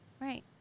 right